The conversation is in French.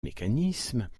mécanismes